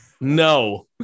no